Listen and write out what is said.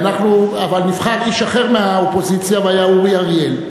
אבל נבחר איש אחר מהאופוזיציה, והיה אורי אריאל.